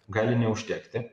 gali neužtekti